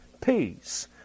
peace